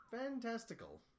Fantastical